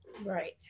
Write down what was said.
Right